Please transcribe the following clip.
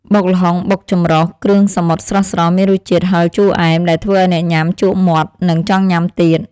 បុកល្ហុងបុកចម្រុះគ្រឿងសមុទ្រស្រស់ៗមានរសជាតិហឹរជូរអែមដែលធ្វើឱ្យអ្នកញ៉ាំជក់មាត់និងចង់ញ៉ាំទៀត។